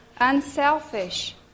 unselfish